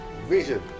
vision